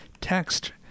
text